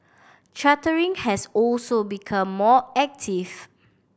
chartering has also become more active